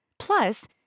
Plus